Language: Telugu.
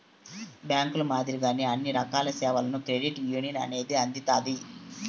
బ్యాంకుల మాదిరిగానే అన్ని రకాల సేవలను క్రెడిట్ యునియన్ అనేది అందిత్తాది